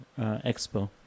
expo